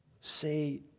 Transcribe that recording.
say